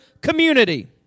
community